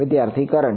વિદ્યાર્થી કરંટ